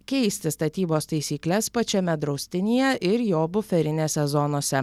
keisti statybos taisykles pačiame draustinyje ir jo buferinėse zonose